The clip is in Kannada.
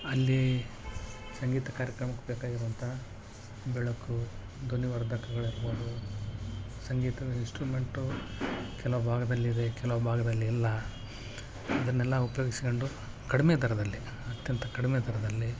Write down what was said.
ಅಲ್ಲಿ ಸಂಗೀತ ಕಾರ್ಯಕ್ರಮಕ್ಕೆ ಬೇಕಾಗಿರುವಂತಹ ಬೆಳಕು ಧ್ವನಿವರ್ಧಕಗಳಿರ್ಬೌದು ಸಂಗೀತದ ಇನ್ಸ್ಟ್ರುಮೆಂಟು ಕೆಲವು ಭಾಗದಲ್ಲಿದೆ ಕೆಲವು ಭಾಗದಲ್ಲಿ ಇಲ್ಲ ಅದನ್ನೆಲ್ಲ ಉಪಯೋಗಿಸ್ಕೊಂಡು ಕಡಿಮೆ ದರದಲ್ಲಿ ಅತ್ಯಂತ ಕಡಿಮೆ ದರದಲ್ಲಿ